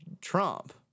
Trump